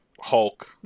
Hulk